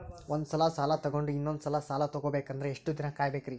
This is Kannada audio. ಒಂದ್ಸಲ ಸಾಲ ತಗೊಂಡು ಇನ್ನೊಂದ್ ಸಲ ಸಾಲ ತಗೊಬೇಕಂದ್ರೆ ಎಷ್ಟ್ ದಿನ ಕಾಯ್ಬೇಕ್ರಿ?